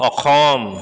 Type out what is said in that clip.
Assam